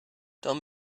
down